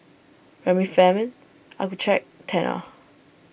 Remifemin Accucheck Tena